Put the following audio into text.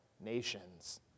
nations